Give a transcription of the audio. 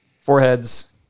foreheads